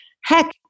Heck